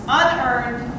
unearned